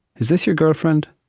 is this your girlfriend?